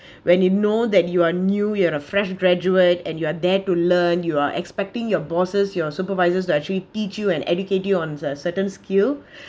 when you know that you are new you are fresh graduate and you are there to learn you are expecting your bosses your supervisors to actually teach you and educate you on a certain skill